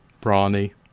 brawny